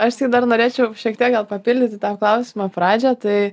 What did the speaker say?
aš tik dar norėčiau šiek tiek gal papildyti klausimo pradžią tai